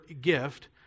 gift